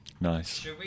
Nice